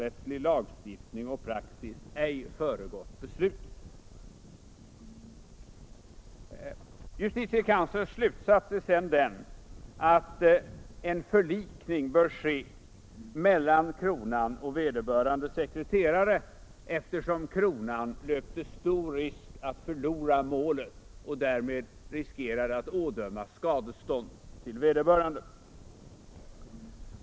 Justitiekanslerns slutsats är sedan den, att en förlikning bör ske mellan kronan och vederbörande sekreterare, eftersom kronan löper stor risk att förlora målet och därmed riskerar att ådömas skadestånd till vederbörande.